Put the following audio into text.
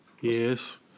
Yes